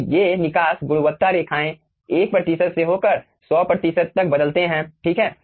तो ये निकास गुणवत्ता रेखाएं 1 प्रतिशत से होकर 100 प्रतिशत तक बदलते हैं ठीक हैं